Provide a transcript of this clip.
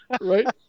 Right